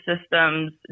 systems